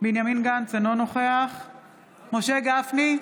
בנימין גנץ, אינו נוכח משה גפני,